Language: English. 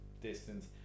distance